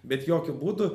bet jokiu būdu